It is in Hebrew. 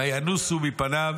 וינוסו מפניו